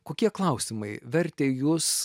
kokie klausimai vertė jus